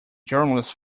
journalist